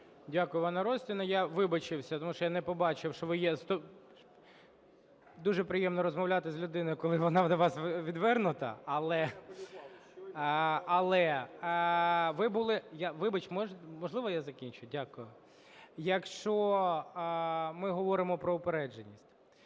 Дякую, Іванна Орестівна. Я вибачився, тому що я не побачив, що ви є… Дуже приємно розмовляти з людиною, коли вона від вас відвернута. Але ви були… (Вибач, можливо, я закінчу? Дякую). Якщо ми говоримо про упередженість.